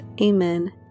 Amen